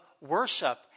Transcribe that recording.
worship